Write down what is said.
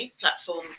platform